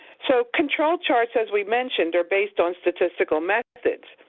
so control charts, as we mentioned, are based on statistical methods,